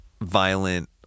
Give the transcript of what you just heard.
violent